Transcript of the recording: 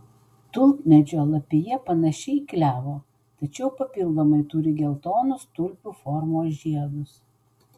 tulpmedžio lapija panaši į klevo tačiau papildomai turi geltonus tulpių formos žiedus